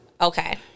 Okay